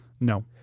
no